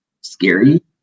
scary